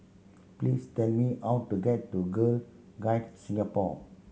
please tell me how to get to Girl Guides Singapore